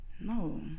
No